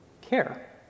care